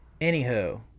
Anywho